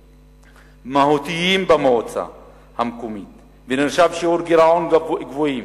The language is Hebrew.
מהותיים במועצה המקומית ונרשמו שיעורי גירעון גבוהים,